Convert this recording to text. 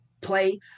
play